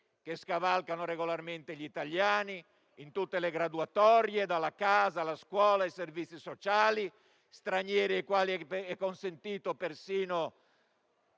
che scavalcano regolarmente gli italiani in tutte le graduatorie: dalla casa, alla scuola, ai servizi sociali. Stranieri ai quali è consentito persino